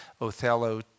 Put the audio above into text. Othello